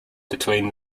between